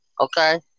Okay